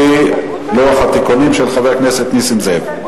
לפי לוח התיקונים, של חבר הכנסת נסים זאב.